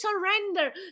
surrender